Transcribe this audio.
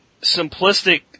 simplistic